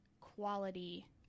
quality